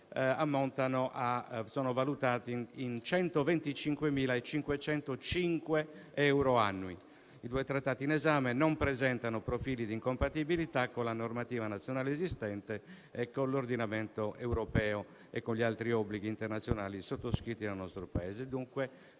sono valutati in 125.505 euro annui. I due Trattati in esame non presentano profili di incompatibilità con la normativa nazionale esistente, con l'ordinamento europeo e con gli altri obblighi internazionali sottoscritti dal nostro Paese.